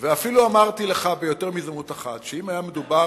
אפילו אמרתי לך ביותר מהזדמנות אחת, שאם היה מדובר